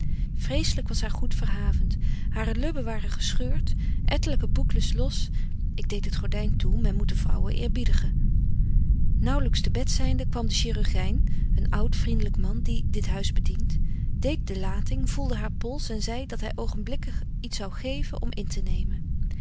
was haar goed verhavent hare lubben waren gescheurt ettelyke boucles los ik deed het gordyn toe men moet de vrouwen eerbiedigen naauwlyks te bed zynde kwam de chirurgyn een oud vriendlyk man die dit huis bedient deedt de lating voelde haar pols en zei dat hy oogenblikkig iets geven zou om intenemen nog